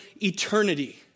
eternity